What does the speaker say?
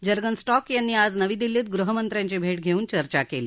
Jurgen Stock यांनी आज नवी दिल्लीत गृहमंत्र्यांची भेट घेऊन चर्चा केली